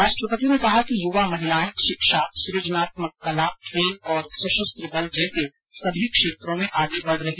राष्ट्रपति ने कहा कि युवा महिलाएं शिक्षा सूजनात्मक कला खेल और सशस्त्र बल जैसे सभी क्षेत्रों में आगे बढ़ रही हैं